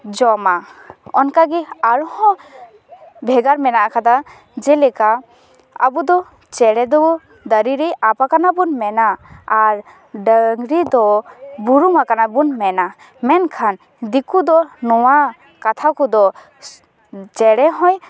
ᱡᱚᱢᱟ ᱚᱱᱠᱟᱜᱮ ᱟᱨᱦᱚᱸ ᱵᱷᱮᱜᱟᱨ ᱢᱮᱱᱟᱜ ᱟᱠᱟᱫᱟ ᱡᱮᱞᱮᱠᱟ ᱟᱵᱚ ᱫᱚ ᱪᱮᱬᱮ ᱫᱚ ᱫᱟᱮᱨᱮᱨᱮ ᱟᱵ ᱟᱠᱟᱱᱟ ᱵᱚᱱ ᱢᱮᱱᱟ ᱟᱨ ᱰᱟᱝᱨᱤ ᱫᱚ ᱵᱩᱨᱩᱢ ᱟᱠᱟᱱᱟ ᱵᱚᱱ ᱢᱮᱱᱟ ᱢᱮᱱᱠᱷᱟᱱ ᱫᱤᱠᱩ ᱫᱚ ᱱᱚᱣᱟ ᱠᱟᱛᱷᱟ ᱠᱚᱫᱚ ᱪᱮᱬᱮ ᱦᱚᱸᱭ